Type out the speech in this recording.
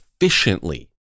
efficiently